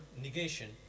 negation